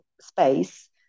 space